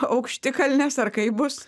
aukštikalnes ar kaip bus